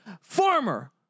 former